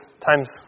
time's